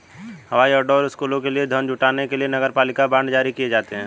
हवाई अड्डों और स्कूलों के लिए धन जुटाने के लिए नगरपालिका बांड जारी किए जाते हैं